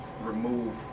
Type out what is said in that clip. remove